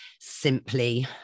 simply